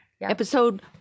Episode